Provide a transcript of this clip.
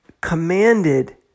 commanded